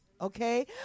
okay